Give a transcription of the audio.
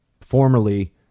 formerly